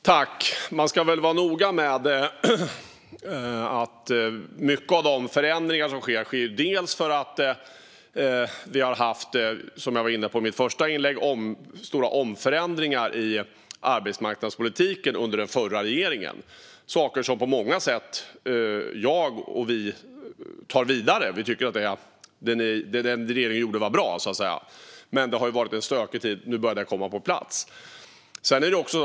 Fru talman! Mycket har skett på grund av stora förändringar i den förra regeringens arbetsmarknadspolitik. En del av det tar vi vidare eftersom det är bra. Det har dock varit en stökig tid, men nu börjar det komma på plats.